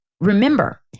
remember